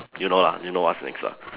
you know lah you know what's next lah